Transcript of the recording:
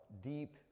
deep